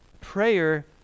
prayer